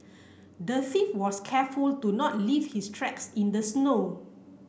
the thief was careful to not leave his tracks in the snow